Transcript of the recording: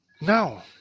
No